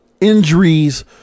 injuries